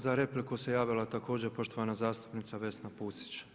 Za repliku se javila također poštovana zastupnica Vesna Pusić.